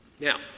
Now